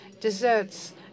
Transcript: desserts